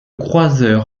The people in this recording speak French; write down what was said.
croiseur